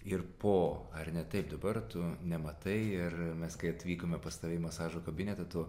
ir po ar ne taip dabar tu nematai ir mes kai atvykome pas tave į masažo kabinetą tu